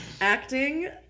acting